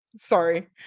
Sorry